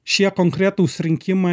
šie konkretūs rinkimai